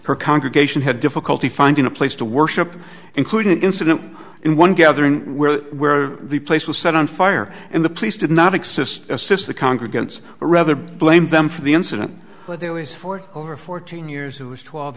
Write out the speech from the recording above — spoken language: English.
her congregation had difficulty finding a place to worship including incident in one gathering where the place was set on fire and the police did not exist assist the congregants or rather blame them for the incident but there was for over fourteen years who is twelve